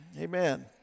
Amen